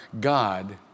God